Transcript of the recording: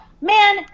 man